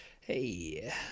Hey